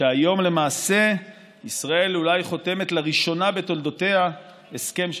שהיום למעשה ישראל אולי חותמת לראשונה בתולדותיה הסכם שלום.